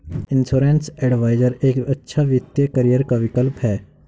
insurance advisor एक अच्छा वित्तीय करियर का विकल्प है